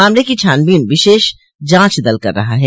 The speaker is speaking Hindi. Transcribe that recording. मामले की छानबीन विशेष जांच दल कर रहा है